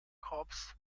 corps